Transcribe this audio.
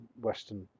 Western